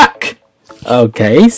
Okay